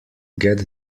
get